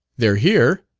they're here.